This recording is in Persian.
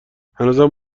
هنوزم